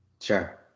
Sure